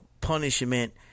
punishment